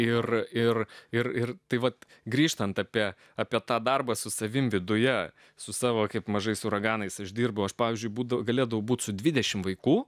ir ir ir ir tai vat grįžtant apie apie tą darbą su savimi viduje su savo kaip mažais uraganais uždirbau aš pavyzdžiui būdu galėtų būti su dvidešim vaikų